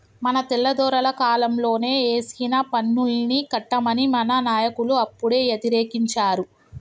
మన తెల్లదొరల కాలంలోనే ఏసిన పన్నుల్ని కట్టమని మన నాయకులు అప్పుడే యతిరేకించారు